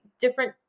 different